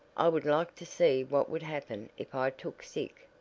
i would like to see what would happen if i took sick.